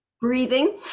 breathing